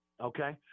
okay